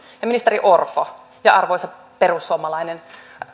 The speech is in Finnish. ministeri orpo ja arvoisa perussuomalainen